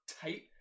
tight